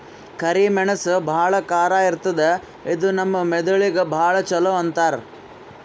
ಕರಿ ಮೆಣಸ್ ಭಾಳ್ ಖಾರ ಇರ್ತದ್ ಇದು ನಮ್ ಮೆದಳಿಗ್ ಭಾಳ್ ಛಲೋ ಅಂತಾರ್